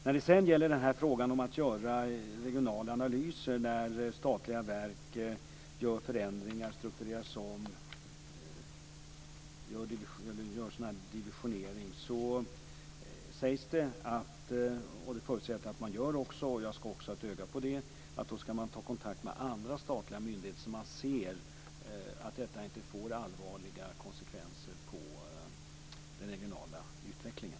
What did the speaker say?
När det sedan gäller frågan om att göra regionala analyser när statliga verk gör förändringar, struktureras om eller divisioneras sägs det - och jag skall hålla ett öga på det - att man skall ta kontakt med andra statliga myndigheter så att man ser att detta inte får allvarliga konsekvenser för den regionala utvecklingen.